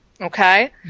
okay